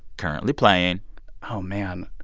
currently playing oh, man.